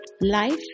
Life